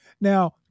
Now